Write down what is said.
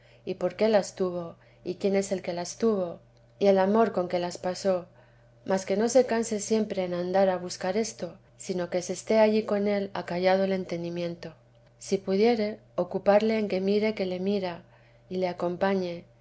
y por qué las tuvo y quién es el que las tuvo y el amor con que las pasó mas que no se canse siempre en andar a buscar esto sino que se esté allí con él acallado el entendimiento si pudiere ocuparle en que mire que le mira y ie acompañe